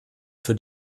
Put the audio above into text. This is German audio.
für